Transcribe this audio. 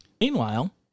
Meanwhile